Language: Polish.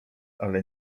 ale